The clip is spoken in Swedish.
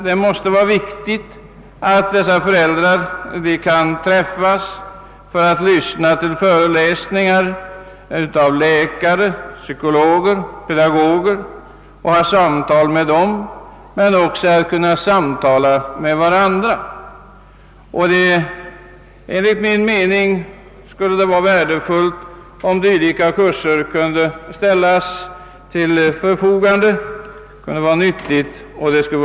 Det måste vara viktigt att dessa föräldrar kan träffas för att lyssna till föreläsningar av läkare, psykologer och pedagoger ' och ha samtal med dem, men också för att samtala med varand ra. Enligt min mening skulle det vara värdefullt och nyttigt om dylika kurser kunde anordnas ute i kommunerna under enhetlig organisation.